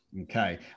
Okay